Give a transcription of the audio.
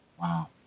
Wow